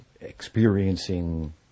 experiencing